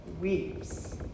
weeps